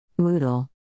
Moodle